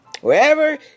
Wherever